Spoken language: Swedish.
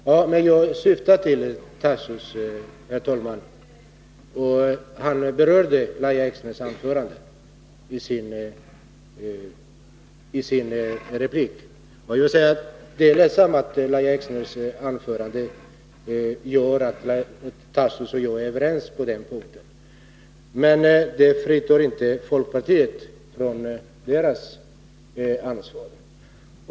Herr talman! Jag syftar på Daniel Tarschys replik, där han berörde Lahja Exners anförande. Jag vill säga att det är ledsamt att Lahja Exners anförande gör att Daniel Tarschys och jag är överens på den här punkten. Men det fritar inte folkpartiet från dess ansvar.